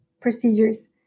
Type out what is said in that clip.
procedures